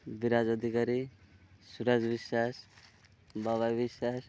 Biraj Adhikari Suraj Biswas Baba Biswas